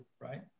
right